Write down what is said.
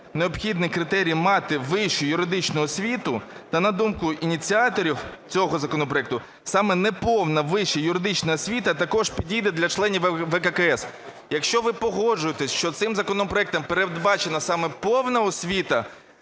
необхідний критерій мати вищу юридичну освіту та, на думку ініціаторів цього законопроекту, саме неповна вища юридична освіта також підійде для членів ВККС? Якщо ви погоджуєтесь, що цим законопроектом передбачена саме повна освіта